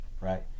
right